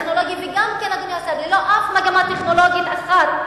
ללא אף מגמה טכנולוגית אחת.